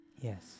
Yes